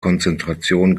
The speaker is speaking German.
konzentration